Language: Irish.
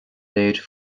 léir